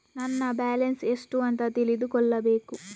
ನನ್ನ ಬ್ಯಾಲೆನ್ಸ್ ಎಷ್ಟು ಅಂತ ತಿಳಿದುಕೊಳ್ಳಬೇಕು?